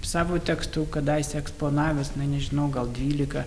savo tekstų kadaise eksponavęs na nežinau gal dvylika